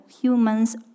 humans